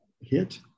hit